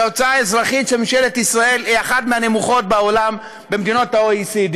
שההוצאה האזרחית של ממשלת ישראל היא אחת מהנמוכות במדינות ה-OECD,